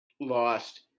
Lost